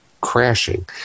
crashing